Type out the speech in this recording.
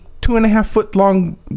two-and-a-half-foot-long